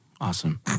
Awesome